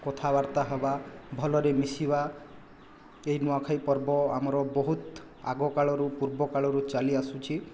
କଥାବାର୍ତ୍ତା ହେବା ଭଲରେ ମିଶିବା ଏହି ନୂଆଖାଇ ପର୍ବ ଆମର ବହୁତ ଆଗ କାଳରୁ ପୂର୍ବ କାଳରୁ ଚାଲି ଆସୁଛି